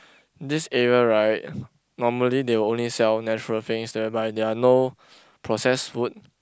this area right normally they will only sell natural things whereby there are no processed food